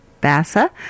bassa